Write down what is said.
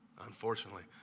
unfortunately